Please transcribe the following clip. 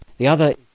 the other,